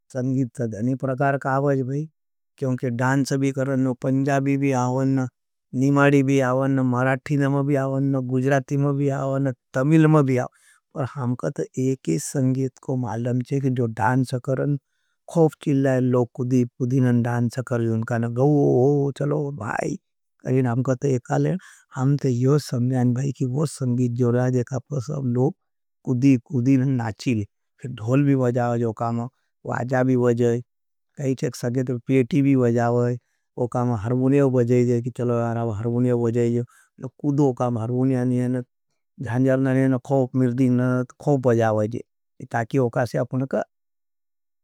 संगीत तो धनी प्रकार का आवाज भाई, क्योंकि डान्स भी करन, पंजाबी भी आवन, निमाडी भी आवन, मराठीनम भी आवन। गुज्रातीम भी आवन, तमिलम भी आवन, पर हमकत एक ही संगीत को मालम चे, जो डान्स करन। खोफ़ चिल ले, लोग कुदी कुदी न डान् खोफ़ चीली, फिर धूल भी बजावाज तू औकामा, वाजाबी बज़ावाज ची। कहींचाकी की ना लाऽइ पेटी बजावाज तो-औकामा हर्भुन्यन थी बज़नाओ तस फिर औकामा, खोफ जाउचावाज़ ची, शूधी ध्यांजरन।